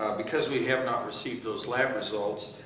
because we have not received those lab results,